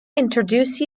introduce